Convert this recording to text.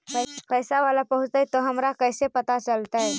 पैसा बाला पहूंचतै तौ हमरा कैसे पता चलतै?